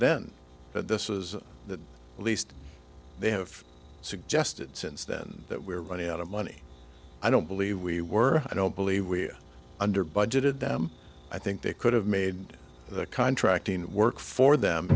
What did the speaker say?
then that this is the least they have suggested since then that we're running out of money i don't believe we were i don't believe we're under budgeted them i think they could have made the contracting work for them